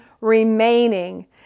remaining